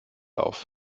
auf